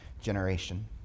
generation